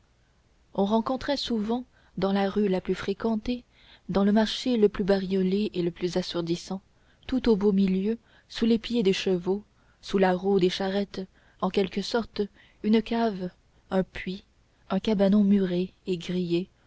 on rencontrait souvent dans la rue la plus fréquentée dans le marché le plus bariolé et le plus assourdissant tout au beau milieu sous les pieds des chevaux sous la roue des charrettes en quelque sorte une cave un puits un cabanon muré et grillé